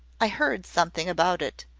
i heard something about it.